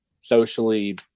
socially